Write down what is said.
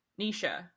Nisha